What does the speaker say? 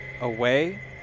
away